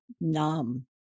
numb